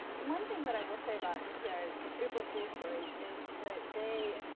one thing that i will say about npr's april fools stories is that they,